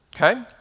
okay